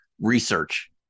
research